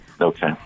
Okay